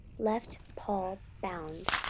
left paul bound.